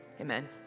Amen